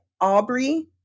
Aubrey